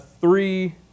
three